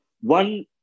one